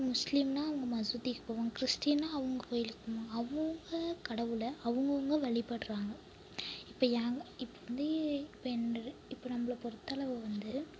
முஸ்லீம்னா அவங்க மசூதிக்கு போவாங்க கிறிஸ்ட்டின்னா அவங்க கோவிலுக்கு போவாங்க அவங்க கடவுளை அவங்கவுங்க வழிபடுறாங்க இப்போ எங்கள் இப்போ வந்து இப்போ நம்மளை பொறுத்தளவு வந்து